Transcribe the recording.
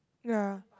ya